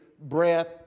Breath